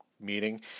meeting